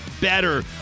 better